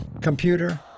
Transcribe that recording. computer